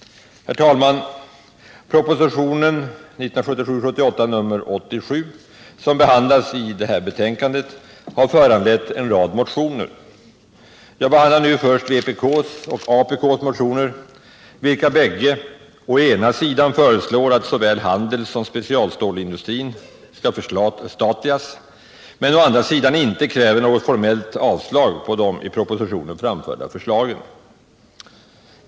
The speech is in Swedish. Herr talman! Propositionen 1977/78:87 som behandlas i detta betänkande har föranlett en rad motioner. Jag behandlar först vpk:s och apk:s motioner, vilka å ena sidan föreslår att såväl handelsstålssom specialstålsindustrin skall förstatligas, men å andra sidan inte kräver något formellt avslag på de i propositionen framförda förslagen.